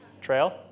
Trail